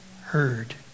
heard